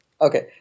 Okay